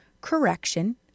correction